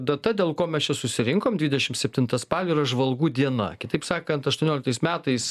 data dėl ko mes čia susirinkom dvidešim septinta spalio yra žvalgų diena kitaip sakant aštuonioliktais metais